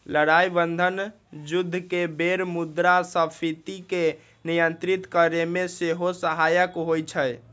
लड़ाइ बन्धन जुद्ध के बेर मुद्रास्फीति के नियंत्रित करेमे सेहो सहायक होइ छइ